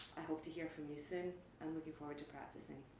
i hope to hear from you soon. and looking forward to practicing